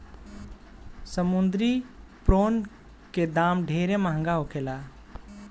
समुंद्री प्रोन के दाम ढेरे महंगा होखेला